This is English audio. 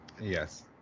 Yes